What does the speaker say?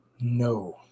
no